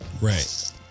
Right